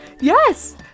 Yes